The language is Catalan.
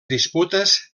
disputes